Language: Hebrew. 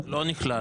זה לא נכלל.